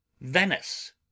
Venice